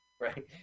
right